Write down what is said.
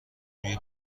روی